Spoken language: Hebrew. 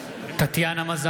מצביע אורית מלכה